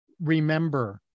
remember